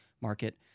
market